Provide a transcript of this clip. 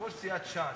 יושב-ראש סיעת ש"ס,